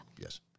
Yes